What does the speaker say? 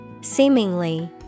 Seemingly